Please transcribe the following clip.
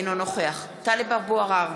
אינו נוכח טלב אבו עראר,